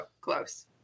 close